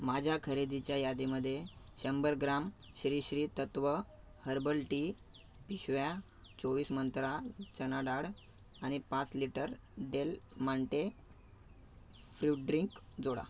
माझ्या खरेदीच्या यादीमध्ये शंभर gram Shri Shri Tattva herbal tea पिशव्या चोवीस मंत्रा चणा डाळ आणि पाच litre Del Monte fruit drink जोडा